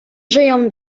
żyją